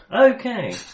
Okay